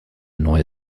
neue